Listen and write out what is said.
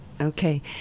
Okay